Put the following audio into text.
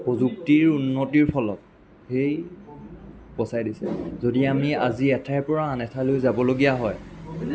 প্ৰযুক্তিৰ উন্নতিৰ ফলত সেই বচাই দিছে যদি আমি এঠাইৰ পৰা আন এঠাইলৈ যাবলগীয়া হয়